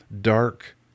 dark